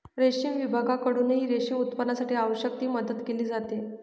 रेशीम विभागाकडूनही रेशीम उत्पादनासाठी आवश्यक ती मदत केली जाते